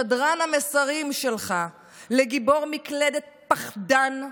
שדרן המסרים שלך, לגיבור מקלדת פחדן,